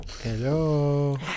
Hello